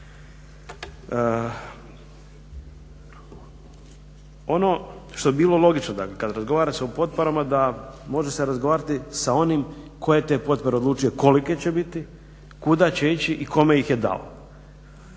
Ono što bi bilo logično, dakle kad razgovara se o potporama da može se razgovarati sa onim tko je te potpore odlučio kolike će biti, kuda će ići i kome ih je dao.